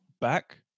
back